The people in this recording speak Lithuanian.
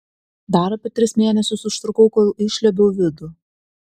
dar apie tris mėnesius užtrukau kol išliuobiau vidų